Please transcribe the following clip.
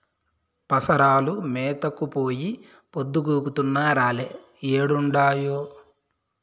పసరాలు మేతకు పోయి పొద్దు గుంకుతున్నా రాలే ఏడుండాయో